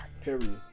period